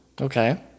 Okay